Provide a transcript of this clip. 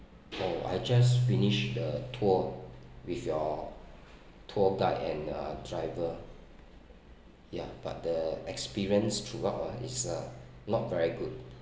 oh I just finished the tour with your tour guide and uh driver ya but the experience throughout ah is uh not very good